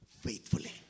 faithfully